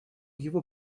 его